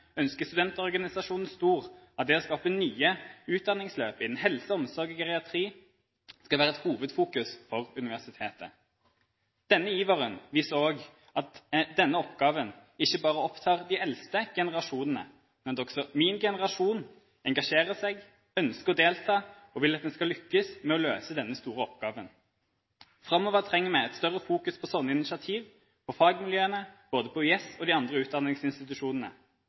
ønsker studentorganisasjonen StOr at det å skape nye utdanningsløp innen helse, omsorg og geriatri skal være et hovedfokus for universitetet. Den iveren viser også at denne oppgaven ikke bare opptar de eldste generasjonene, men at også min generasjon engasjerer seg, ønsker å delta og vil at en skal lykkes med å løse denne store oppgaven. Framover trenger vi et større fokus på slike initiativ, på fagmiljøene, på både UiS og de andre utdanningsinstitusjonene.